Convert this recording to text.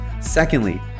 Secondly